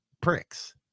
pricks